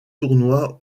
tournois